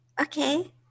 Okay